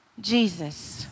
Jesus